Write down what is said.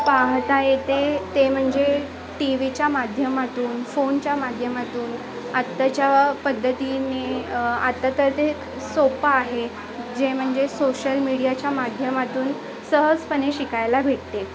पाहता येते ते म्हणजे टी व्हीच्या माध्यमातून फोनच्या माध्यमातून आताच्या पद्धतीने आता तर ते सोपं आहे जे म्हणजे सोशल मीडियाच्या माध्यमातून सहजपणे शिकायला भेटते